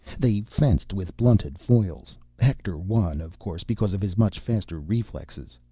the fenced with blunted foils hector won, of course, because of his much faster reflexes.